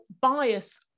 bias